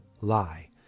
lie